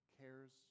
cares